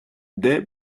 des